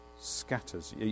Scatters